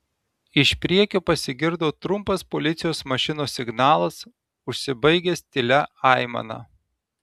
iš priekio pasigirdo trumpas policijos mašinos signalas užsibaigęs tylia aimana